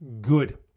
good